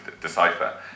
decipher